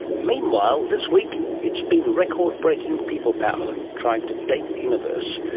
meanwhile, this week it's been record-breaking people power, trying to date the universe.